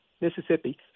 Mississippi